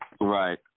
Right